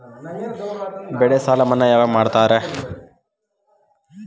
ಬೆಳೆ ಸಾಲ ಮನ್ನಾ ಯಾವಾಗ್ ಮಾಡ್ತಾರಾ?